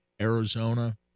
Arizona